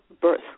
birth